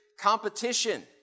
Competition